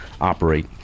operate